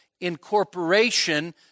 incorporation